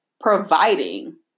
providing